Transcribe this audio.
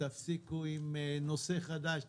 תפסיקו עם נושא חדש,